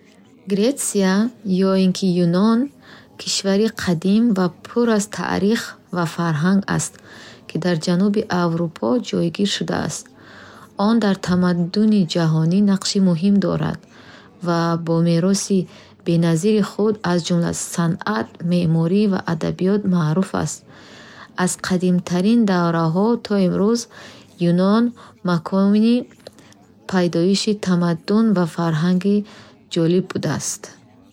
Греция е ин ки Юнон кишвари қадим ва пур аз таърих ва фарҳанг аст, ки дар ҷануби Аврупо ҷойгир шудааст. Он дар тамаддуни ҷаҳонӣ нақши муҳим дорад ва бо мероси беназири худ, аз ҷумла санъат, меъморӣ ва адабиёт маъруф аст. Аз қадимтарин давраҳо то имрӯз, Юнон макони пайдоиши тамаддун ва фарҳангҳои ҷолиб будааст.